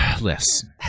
Listen